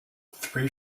three